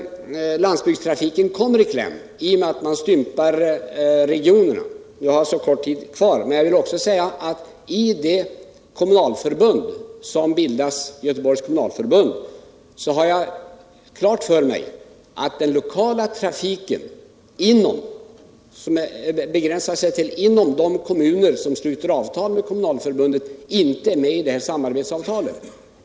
Landsbygdstrafiken kommer i kläm, Rune Torwald, i och med att man stympar regionerna. Min repliktid är snart slut, men jag vill också säga att jag har klart för mig att lokaltrafiken inom de kommuner som sluter avtal med Göteborgs kommunalförbund inte berörs av det här samarbetsavtalet.